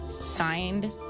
signed